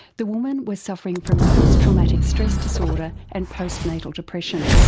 the woman was suffering from post-traumatic stress disorder and post-natal depression.